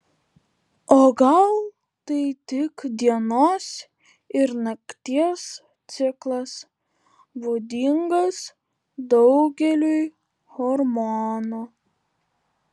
o gal tai tik dienos ir nakties ciklas būdingas daugeliui hormonų